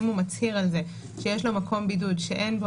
אם הוא מצהיר על זה שיש לו מקום בידוד שאין בו